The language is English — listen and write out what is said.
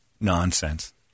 nonsense